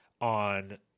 on –